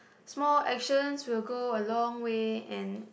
small actions will go a long way and